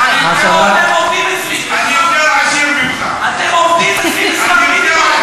אבל אני יותר עשיר ממך, בשכר מינימום